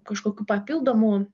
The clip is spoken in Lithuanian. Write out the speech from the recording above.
kažkokių papildomų